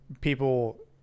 people